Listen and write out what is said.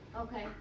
okay